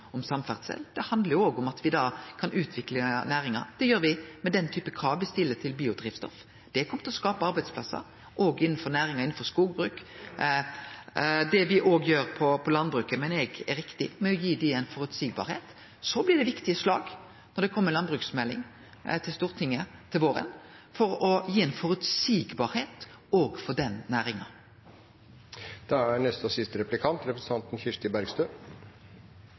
om samferdsel, det handlar òg om at me kan utvikle næringar. Det gjer me med den typen krav me stiller til biodrivstoff. Det kjem òg til å skape arbeidsplassar innanfor næringar – innanfor skogbruket. Det me gjer ved å gjere det føreseieleg når det gjeld landbruk, meiner eg er riktig. Det blir viktige slag når det kjem landbruksmelding til Stortinget til våren – for å gjere det føreseieleg for den næringa. Det er ikke alltid at de største pengene går til det viktigste. Det er